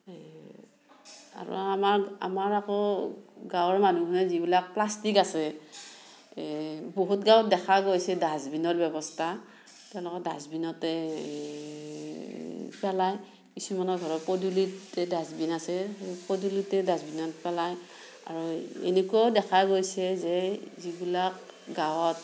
আৰু আমাৰ আমাৰ আকৌ গাঁৱৰ মানুহে যিবিলাক প্লাষ্টিক আছে এই বহুত গাঁৱত দেখা গৈছে ডাষ্টবিনৰ ব্যৱস্থা তেওঁলোকৰ ডাষ্টবিনতে পেলায় কিছুমানৰ ধৰ পদূলিতে ডাষ্টবিন আছে সেই পদূলিতে ডাষ্টবিনত পেলায় আৰু এনেকুৱাও দেখা গৈছে যে যিবিলাক গাঁৱত